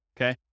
Okay